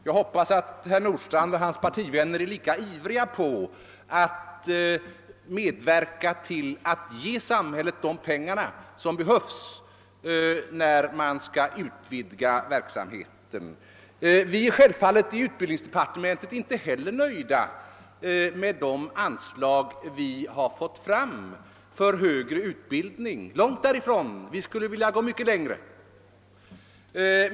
Jag hoppas att herr Nordstrandh och hans partivänner är lika ivriga att medverka till att ge samhället de pengar som behövs när man skall utvidga verksamheten. Vi är självfallet i utbildningsdepartementet inte heller nöjda med de anslag vi har fått fram för högre utbildning — långt därifrån, vi skulle vilja gå mycket längre.